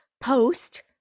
post